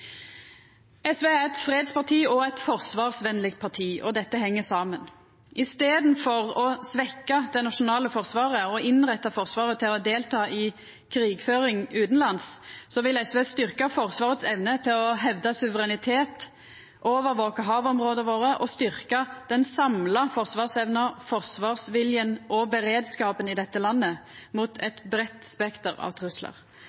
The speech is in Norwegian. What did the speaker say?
SV er eit fredsparti og eit forsvarsvenleg parti, og dette heng saman. I staden for å svekkja det nasjonale forsvaret og innretta Forsvaret til å delta i krigføring utanlands vil SV styrkja Forsvarets evne til å hevda suverenitet og overvaka havområda våre, og styrkja den samla forsvarsevna, forsvarsvilja og beredskapen i dette landet, mot eit bredt spekter av truslar.